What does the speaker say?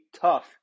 tough